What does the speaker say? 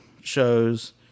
shows